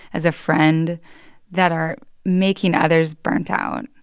as a friend that are making others burnt out?